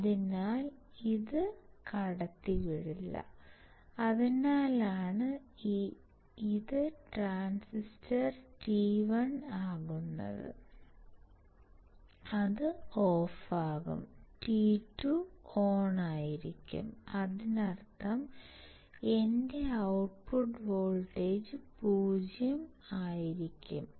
അതിനാൽ ഇത് കടത്തിവിടില്ല അതിനാലാണ് ഇത് ട്രാൻസിസ്റ്റർ T1 ആകുന്നത് അത് ഓഫാകും T2 ഓണായിരിക്കും അതിനർത്ഥം എന്റെ ഔട്ട്പുട്ട് വോൾട്ടേജ് 0 ആയിരിക്കും